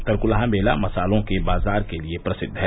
तरकुलहा मेला मसालों के बाजार के लिये प्रसिद्व है